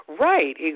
Right